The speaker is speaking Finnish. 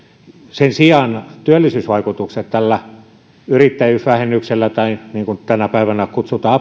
sen sijaan työllisyysvaikutuksia tällä yrittäjyysvähennyksellä tai niin kuin tänä päivänä kutsutaan